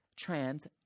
Trans